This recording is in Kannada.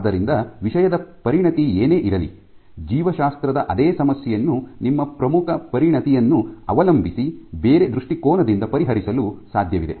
ಆದ್ದರಿಂದ ವಿಷಯದ ಪರಿಣತಿ ಏನೇ ಇರಲಿ ಜೀವಶಾಸ್ತ್ರದ ಅದೇ ಸಮಸ್ಯೆಯನ್ನು ನಿಮ್ಮ ಪ್ರಮುಖ ಪರಿಣತಿಯನ್ನು ಅವಲಂಬಿಸಿ ಬೇರೆ ದೃಷ್ಟಿಕೋನದಿಂದ ಪರಿಹರಿಸಲು ಸಾಧ್ಯವಿದೆ